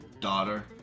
daughter